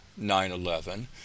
9-11